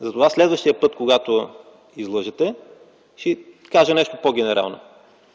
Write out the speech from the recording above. Затова следващия път, когато излъжете, ще кажа нещо по-генерално.